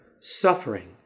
suffering